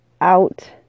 out